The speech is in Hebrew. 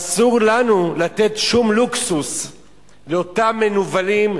אסור לנו לתת שום לוקסוס לאותם מנוולים,